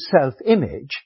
self-image